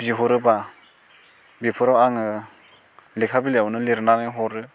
बिहरोबा बेफोराव आङो लेखा बिलाइआवनो लिरनानै हरो